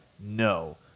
no